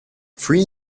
three